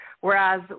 Whereas